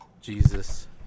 Jesus